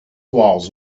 walls